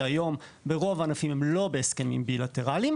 שהיום ברוב הענפים הם לא בהסכמים בילטרליים.